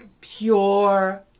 Pure